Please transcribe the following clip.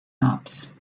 alps